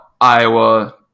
Iowa